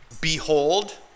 Behold